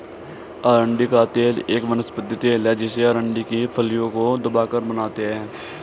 अरंडी का तेल एक वनस्पति तेल है जिसे अरंडी की फलियों को दबाकर बनाते है